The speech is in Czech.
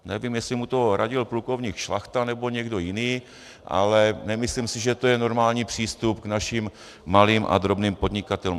Nevím, jestli mu to radil plukovník Šlachta, nebo někdo jiný, ale nemyslím si, že to je normální přístup k našim malým a drobným podnikatelům.